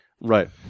Right